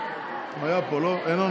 היה פה, לא?